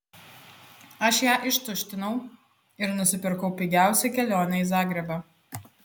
aš ją ištuštinau ir nusipirkau pigiausią kelionę į zagrebą